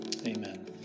amen